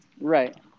Right